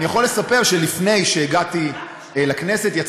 אני יכול לספר שלפני שהגעתי לכנסת יצא